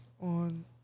on